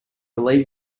believe